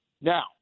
Now